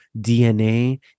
DNA